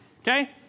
Okay